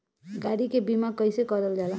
गाड़ी के बीमा कईसे करल जाला?